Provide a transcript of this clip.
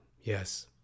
Yes